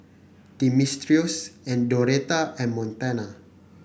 Dimitrios and Doretta and Montana